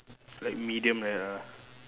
like medium like that lah